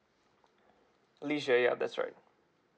leisure ya that's right